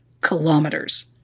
kilometers